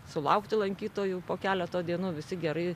sulaukti lankytojų po keleto dienų visi gerai